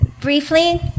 briefly